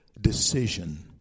decision